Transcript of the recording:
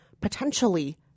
potentially